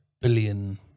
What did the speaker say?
billion